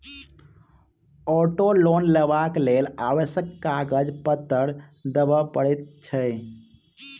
auto loan लेबाक लेल आवश्यक कागज पत्तर देबअ पड़ैत छै